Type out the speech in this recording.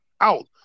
out